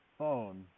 phone